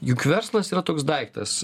juk verslas yra toks daiktas